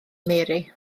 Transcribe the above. mary